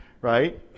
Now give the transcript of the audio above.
right